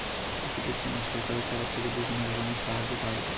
চাষীদের জন্য সরকারের তরফ থেকে বিভিন্ন রকমের সাহায্য পাওয়া যায়